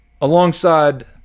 alongside